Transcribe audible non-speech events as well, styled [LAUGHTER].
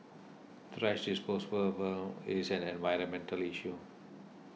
thrash [UNINTELLIGIBLE] is an environmental issue